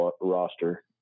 roster